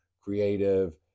creative